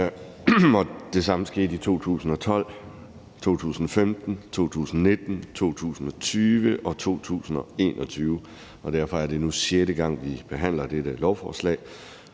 Det samme skete i 2012, 2015, 2019, 2020 og 2021, og derfor er det nu sjette gang, vi behandler dette lovforslag.